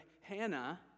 Hannah